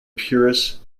puris